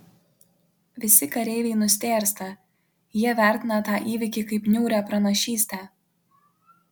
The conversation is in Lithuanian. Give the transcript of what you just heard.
visi kareiviai nustėrsta jie vertina tą įvykį kaip niūrią pranašystę